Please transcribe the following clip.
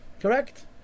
Correct